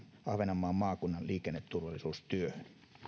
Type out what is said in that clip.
ahvenanmaan maakunnan liikenneturvallisuustyöhön